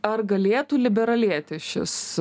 ar galėtų liberalėti šis